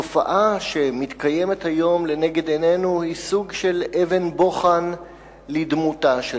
התופעה שמתקיימת היום לנגד עינינו היא סוג של אבן בוחן לדמותה של